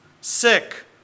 sick